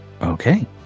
Okay